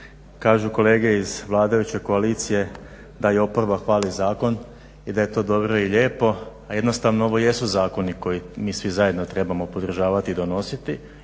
kažu kolege iz vladajuće koalicije da i oporba hvali zakon i da je to dobro i lijepo, a jednostavno ovo jesu zakoni koje mi svi zajedno trebamo podržavati i donositi